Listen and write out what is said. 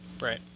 Right